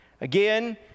Again